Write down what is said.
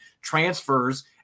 transfers